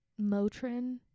Motrin